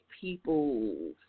people